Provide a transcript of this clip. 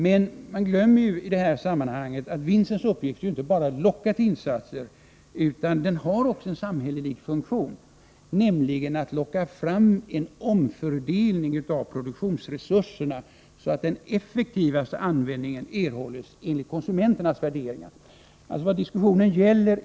Men man glömmer i det här sammanhanget att vinstens uppgift inte bara är att locka till insatser. Den har också en samhällelig funktion, nämligen att åstadkomma en omfördelning av produktionsresurserna så att den enligt konsumenternas värderingar effektivaste användningen erhålls.